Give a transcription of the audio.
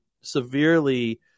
severely